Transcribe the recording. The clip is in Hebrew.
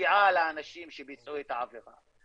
מגיעה אל האנשים שביצעו את העבירה,